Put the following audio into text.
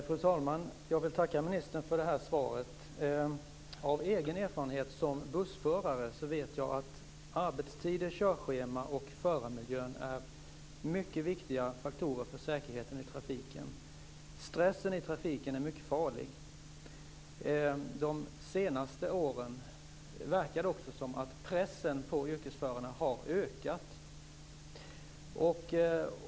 Fru talman! Jag vill tacka ministern för det här svaret. Av egen erfarenhet som bussförare vet jag att arbetstider, körschema och förarmiljö är mycket viktiga faktorer för säkerheten i trafiken. Stressen i trafiken är mycket farlig. De senaste åren verkar det också som om pressen på yrkesförarna har ökat.